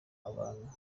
abantu